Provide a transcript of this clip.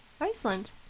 Iceland